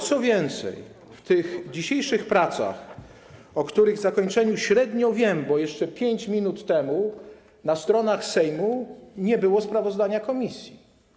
Co więcej, w tych dzisiejszych pracach, o których zakończeniu średnio wiem, bo jeszcze 5 minut temu na stronach Sejmu nie było sprawozdania komisji.